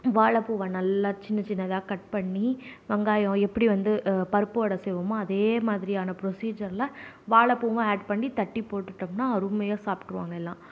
வாழப்பூவை நல்லா சின்ன சின்னதாக கட் பண்ணி வெங்காயம் எப்படி வந்து பருப்பு வடை செய்வோமோ அதேமாதிரியான ப்ரொசிஜர்ல வாழைப்பூவும் ஆட் பண்ணி தட்டி போட்டுடோம்னா அருமையாக சாப்பிட்ருவாங்க எல்லாம்